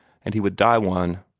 and he would die one.